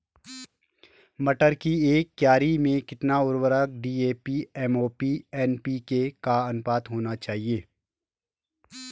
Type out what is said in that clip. मटर की एक क्यारी में कितना उर्वरक डी.ए.पी एम.ओ.पी एन.पी.के का अनुपात होना चाहिए?